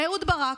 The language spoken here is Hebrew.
אהוד ברק.